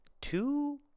two